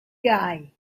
guy